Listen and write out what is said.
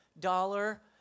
dollar